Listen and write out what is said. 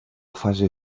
fase